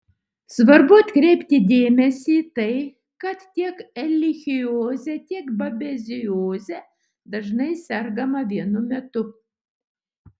svarbu atkreipti dėmesį į tai kad tiek erlichioze tiek babezioze dažnai sergama vienu metu